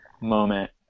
moment